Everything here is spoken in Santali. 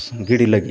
ᱜᱤᱰᱤ ᱞᱟᱹᱜᱤᱫ